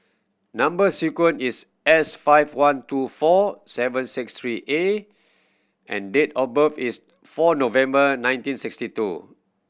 number sequence is S five one two four seven six three A and date of birth is four November nineteen sixty two